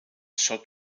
shot